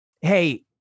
hey